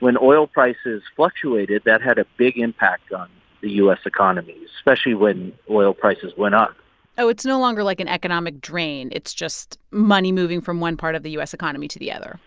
when oil prices fluctuated, that had a big impact on the u s. economy, especially when oil prices went up oh, it's no longer, like, an economic drain. it's just money moving from one part of the u s. economy to the other